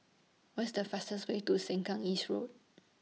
What IS The fastest Way to Sengkang East Road